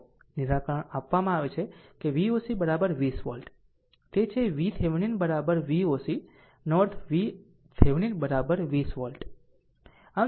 નિરાકરણ આપવામાં આવે છે કે Voc 20 વોલ્ટ તે છે VThevenin Voc નો અર્થ VThevenin 20 વોલ્ટ